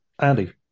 Andy